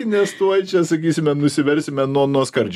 nes tuoj čia sakysime nusiversime nuo nuo skardžio